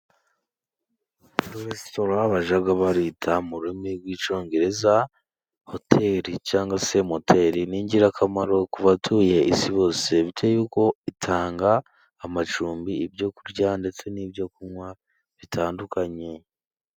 Restora bajya bita mu rurimi rw'icyongereza hoteli cyangwa se moteri, ni ingirakamaro ku batuye isi bose, bitewe nuko itanga amacumbi ibyo kurya ndetse n'ibyo kunwa bitandukanye.